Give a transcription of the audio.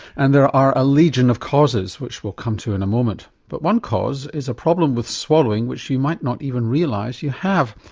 and there are a legion of causes, which we'll come to in a moment. but one cause is a problem with swallowing which you might not even realise you have.